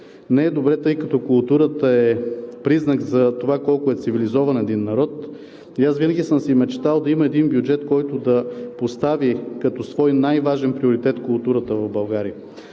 не е добре, тъй като културата е признак за това колко е цивилизован един народ. Аз винаги съм си мечтал да има един бюджет, който да постави като свой най-важен приоритет културата в България.